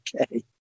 Okay